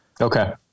Okay